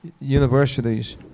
universities